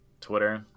Twitter